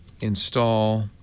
install